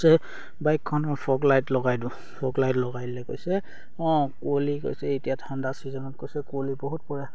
কৈছে বাইকখনৰ fog light লগাই দিওঁ ফগ লাইট লগাই দিলে কৈছে অঁ কুঁৱলি কৈছে এতিয়া ঠাণ্ডা ছিজনত কৈছে কুঁৱলি বহুত পৰে